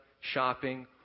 shopping